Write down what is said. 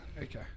Okay